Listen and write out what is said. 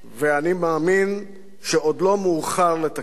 ואני מאמין שעוד לא מאוחר לתקן.